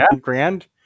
grand